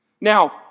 Now